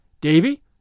Davy